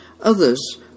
others